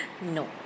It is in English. no